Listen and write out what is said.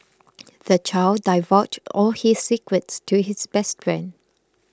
the child divulged all his secrets to his best friend